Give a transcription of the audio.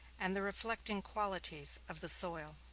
and the reflecting qualities of the soil.